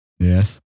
Yes